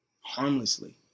harmlessly